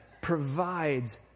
provides